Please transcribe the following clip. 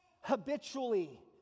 habitually